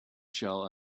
shall